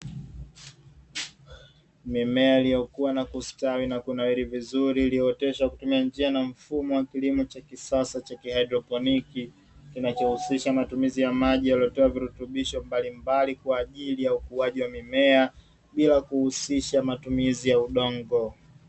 Mimea iliyokua na kustawi na kunawiri vizuri iliyooteshwa kutumia njia na mfumo wa kilimo cha kisasa cha kihaidroponi kinachohusisha matumizi ya maji yaliyotiwa virutubisho mbalimbali kwa ajili ya ukuaji wa mimea bila kuhusisha matumizi ya udongo.